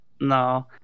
No